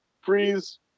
Freeze